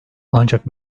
ancak